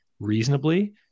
Reasonably